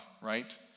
right